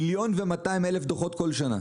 1.2 מיליון דוחות כל שנה.